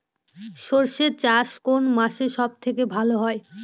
সর্ষে চাষ কোন মাসে সব থেকে ভালো হয়?